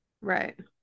right